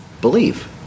Believe